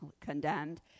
condemned